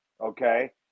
okay